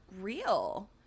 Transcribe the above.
real